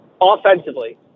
offensively